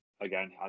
again